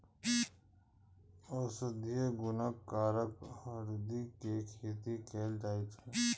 औषधीय गुणक कारण हरदि के खेती कैल जाइ छै